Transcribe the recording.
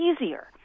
easier